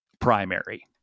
primary